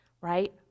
right